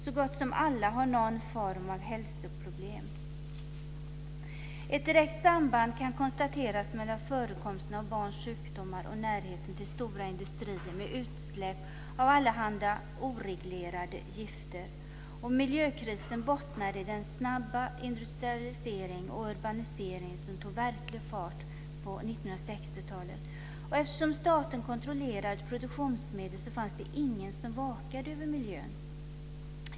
Så gott som alla har någon form av hälsoproblem. Ett direkt samband kan konstateras mellan förekomsten av barns sjukdomar och närheten till stora industrier med utsläpp av allehanda oreglerade gifter. Miljökrisen bottnar i den snabba industrialisering och urbanisering som tog verklig fart på 1960-talet. Eftersom staten kontrollerade produktionsmedlen fanns det ingen som vakade över miljön.